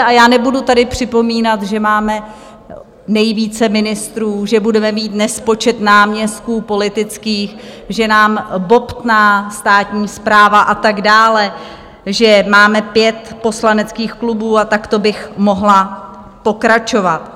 A já nebudu tady připomínat, že máme nejvíce ministrů, že budeme mít nespočet náměstků politických, že nám bobtná státní správa a tak dále, že máme pět poslaneckých klubů, a takto bych mohla pokračovat.